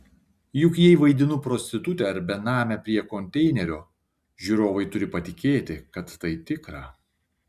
juk jei vaidinu prostitutę ar benamę prie konteinerio žiūrovai turi patikėti kad tai tikra